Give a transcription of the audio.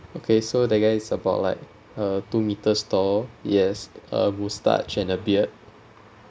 okay so the guy is about like uh two meters tall he has a moustache and beard